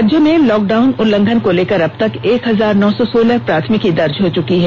राज्य में लॉकडाउन उल्लंघन को लेकर अबतक एक हजार नौ सौ सोलह प्राथमिकी दर्ज हो चुकी है